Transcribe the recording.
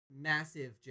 massive